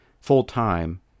full-time